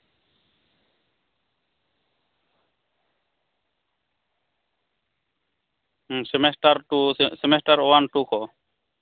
semester ᱠᱚ semester one two ᱠᱚ